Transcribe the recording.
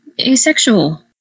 asexual